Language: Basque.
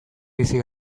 bizi